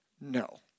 No